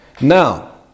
Now